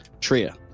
Tria